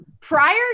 prior